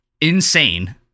insane